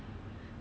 you should